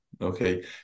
Okay